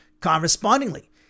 correspondingly